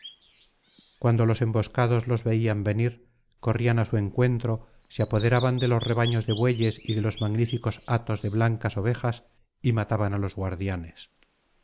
cuando los emboscados los veían venir corrían á su encuentro se apoderaban de los rebaños de bueyes y de los magníficos hatos de blancas ovejas y mataban á los guardianes